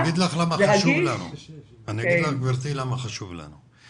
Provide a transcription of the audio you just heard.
אני אגיד לך גבירתי למה חשוב לנו.